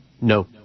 No